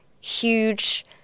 huge